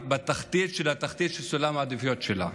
בתחתית של התחתית של סולם העדיפויות שלה,